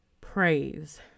praise